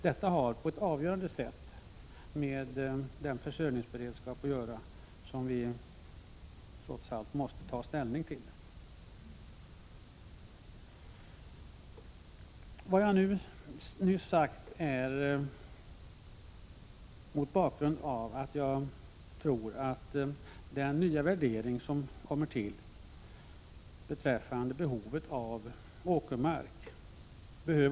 Detta har på ett avgörande sätt med den försörjningsberedskap att göra som vi trots allt måste ta ställning till. Vad jag nyss har sagt måste beaktas som bakgrund till den nya värdering som jag tror måste komma till beträffande behovet av åkermark.